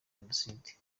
jenoside